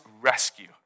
rescue